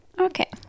okay